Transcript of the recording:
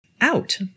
out